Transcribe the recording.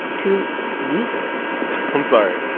to weezer i'm sorry.